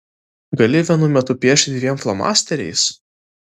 gali vienu metu piešti dviem flomasteriais